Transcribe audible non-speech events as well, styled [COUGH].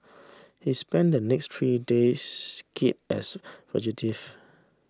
he spent the next three [UNINTELLIGIBLE] as fugitive